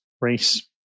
race